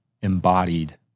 embodied